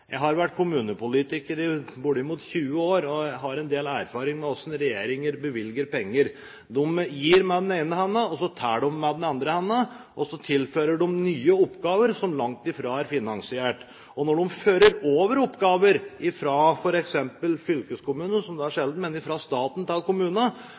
Jeg har vært kommunepolitiker i bortimot 20 år, og jeg har en del erfaring med hvordan regjeringer bevilger penger. De gir med den ene hånden, og så tar de med den andre hånden. Så tilfører de nye oppgaver som langt fra er finansiert. Når de fører over oppgaver – fra f.eks. fylkeskommunene, som er